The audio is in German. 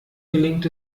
gelingt